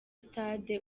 stade